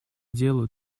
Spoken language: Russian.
делу